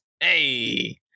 Hey